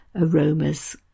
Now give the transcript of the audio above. aromas